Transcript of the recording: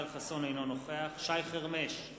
אינו נוכח שי חרמש,